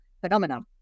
phenomenon